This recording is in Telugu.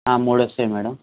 మూడు వస్తాయి మేడం